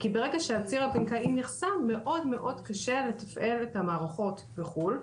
כי ברגע שהציר הבנקאי נחסם מאוד-מאוד קשה לתפעל את המערכות בחו"ל,